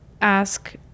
ask